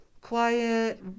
quiet